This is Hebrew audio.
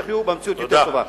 שיחיו במציאות יותר טובה.